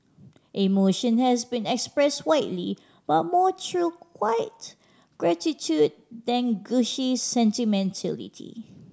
emotion has been expressed widely but more through quiet gratitude than gushy sentimentality